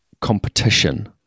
competition